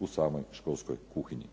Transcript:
u samoj školskoj kuhinji.